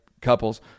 couples